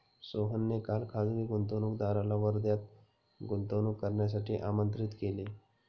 सोहनने काल खासगी गुंतवणूकदाराला वर्ध्यात गुंतवणूक करण्यासाठी आमंत्रित केले